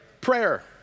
Prayer